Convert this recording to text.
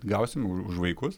gausim už vaikus